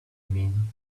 mean